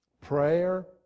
prayer